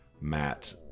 Matt